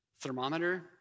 Thermometer